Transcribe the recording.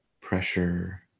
pressure